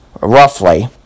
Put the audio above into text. roughly